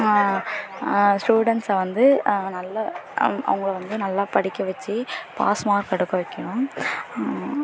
ஸ்டூடெண்ட்ஸை வந்து நல்ல அவுங் அவங்கள வந்து நல்லா படிக்க வச்சு பாஸ் மார்க் எடுக்க வைக்கணும்